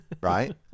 right